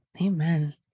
Amen